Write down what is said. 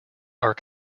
are